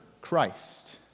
Christ